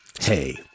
Hey